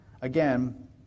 Again